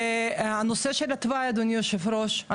והנושא של התוואי אדוני היושב ראש,